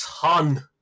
ton